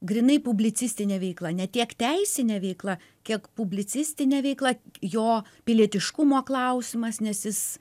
grynai publicistinė veikla ne tiek teisinė veikla kiek publicistinė veikla jo pilietiškumo klausimas nes jis